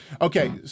Okay